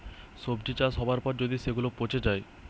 সবজি চাষ হবার পর যদি সেগুলা পচে যায়